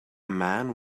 man